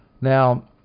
Now